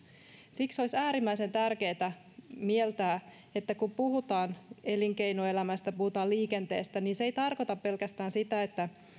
siksi olisi äärimmäisen tärkeätä mieltää että kun puhutaan elinkeinoelämästä kun puhutaan liikenteestä niin se ei tarkoita pelkästään sitä että